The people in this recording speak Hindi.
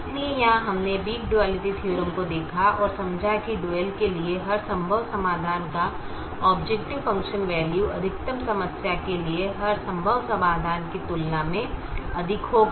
इसलिए यहां हमने वीक डुआलिटी थीअरम को देखा और समझा कि डुअल के लिए हर संभव समाधान का ऑबजेकटिव फ़ंक्शन वैल्यू अधिकतम समस्या के लिए हर संभव समाधान की तुलना में अधिक होगा